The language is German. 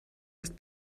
erst